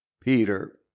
Peter